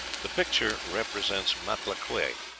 the picture represents matlalcueye,